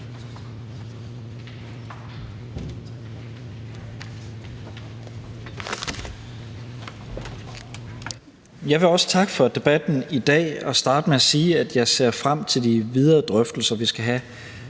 Jeg vil også takke for debatten i dag og starte med at sige, at jeg ser frem til de videre drøftelser, vi skal have